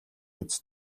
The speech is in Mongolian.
биз